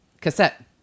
cassette